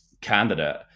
candidate